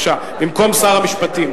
במקום שר המשפטים.